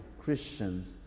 Christians